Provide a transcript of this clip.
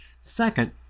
Second